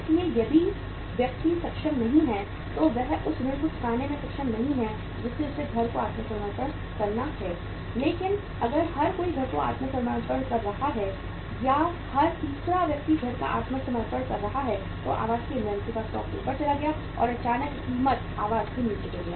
इसलिए यदि व्यक्ति सक्षम नहीं है तो वह उस ऋण को चुकाने में सक्षम नहीं है जिसे उसे घर को आत्मसमर्पण करना है लेकिन अगर हर कोई घर को आत्मसमर्पण कर रहा है या हर तीसरा व्यक्ति घर को आत्मसमर्पण कर रहा है तो आवास की इन्वेंट्री का स्टॉक ऊपर चला गया और अचानक कीमत आवास के नीचे गिर गया